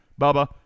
Bubba